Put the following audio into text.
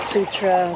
Sutra